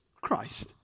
Christ